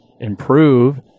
improve